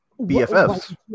bffs